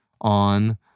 on